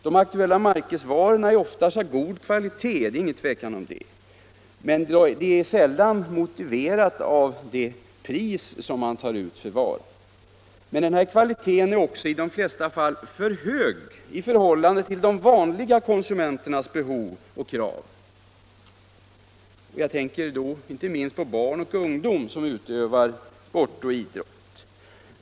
De aktuella märkesvarorna är oftast av god kvalitet — det är inget tvivel om det —- men den motiverar knappast det pris man tar ut för dem. Denna kvalitet är också i de flesta fall för hög i förhållande till de vanliga konsumenternas behov och krav; jag tänker då inte minst på barn och ungdom som utövar sport och idrott.